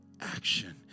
action